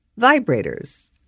vibrators